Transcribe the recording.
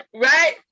Right